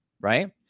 Right